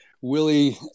Willie